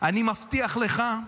אני מבטיח לך,